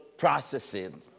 processing